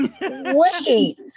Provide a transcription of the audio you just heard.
Wait